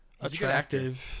attractive